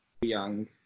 Young